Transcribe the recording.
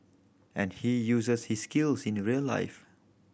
and he uses his skills in a real life